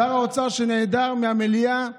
שר האוצר, שנעדר מהמליאה